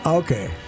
okay